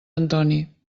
antoni